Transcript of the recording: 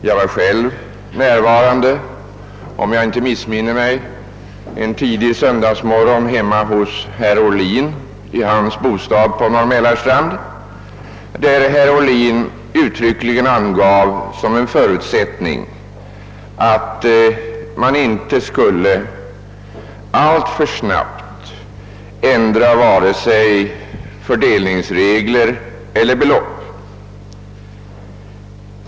Jag var själv med en tidig söndagsmorgon — om jag inte missminner mig — vid en sammankomst i herr Ohlins bostad på Norr Mälarstrand, och herr Ohlin angav då uttryckligen som en förutsättning att vi inte alltför snabbt skulle ändra vare sig fördelningsregler eller belopp.